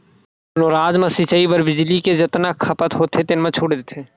कोनो राज म सिचई बर बिजली के जतना खपत होथे तेन म छूट देथे